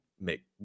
make